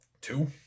two